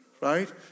Right